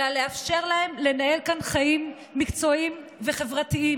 אלא לאפשר להם לנהל כאן חיים מקצועיים וחברתיים,